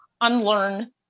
unlearn